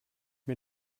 mir